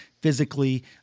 physically